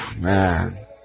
Man